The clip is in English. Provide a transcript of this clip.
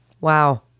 Wow